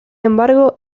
embargo